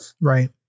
Right